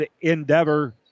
endeavor